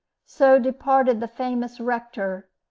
so departed the famous rector,